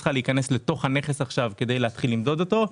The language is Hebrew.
צריכה להיכנס לתוך הנכס כדי להתחיל למדוד אותו,